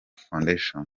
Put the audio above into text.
foundation